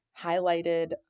highlighted